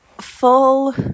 full